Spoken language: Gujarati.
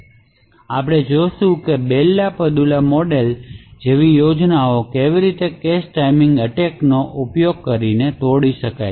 અને આપણે જોશું કે બેલ લા પદુલા મોડેલ જેવી યોજનાઓ કેવી રીતે કેશ ટાઇમિંગ એટેકનો ઉપયોગ કરીને તોડી શકાય